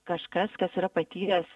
kažkas kas yra patyręs